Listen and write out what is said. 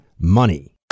money